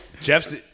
Jeff's